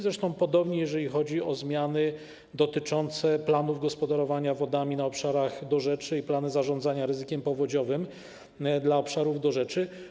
Zresztą podobnie jest, jeżeli chodzi o zmiany dotyczące planów gospodarowania wodami na obszarach dorzeczy i planów zarządzania ryzykiem powodziowym dla obszarów dorzeczy.